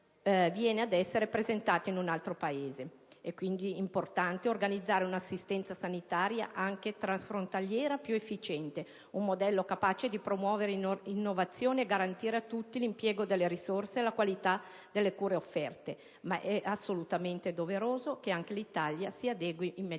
Paese diverso da quello di appartenenza. È quindi importante organizzare un'assistenza sanitaria transfrontaliera più efficiente, un modello capace di promuovere innovazione e garantire a tutti l'impiego delle risorse e la qualità delle cure offerte, ed è assolutamente doveroso che anche l'Italia si adegui immediatamente.